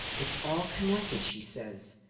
it's all connected, she says.